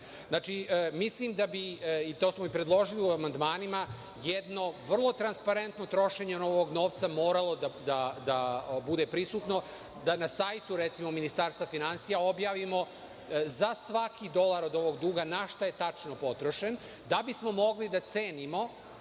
godine. Mislim da bi, i to smo i predložili u amandmanima, jedno vrlo transparentno trošenje novog novca moralo da bude prisutno, da na sajtu recimo Ministarstva finansija objavimo za svaki dolar od ovog duga na šta je tačno potrošen, da bismo mogli da cenimo